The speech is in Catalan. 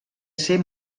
ser